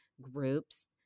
groups